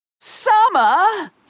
Summer